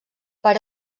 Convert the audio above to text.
per